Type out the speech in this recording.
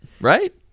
right